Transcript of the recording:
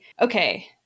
okay